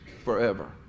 forever